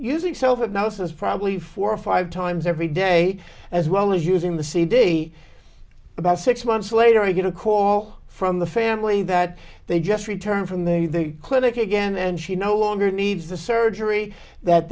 using self hypnosis probably four or five times every day as well as using the cd about six months later i get a call from the family that they just returned from the clinic again and she no longer needs the surgery that